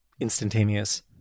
instantaneous